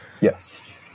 Yes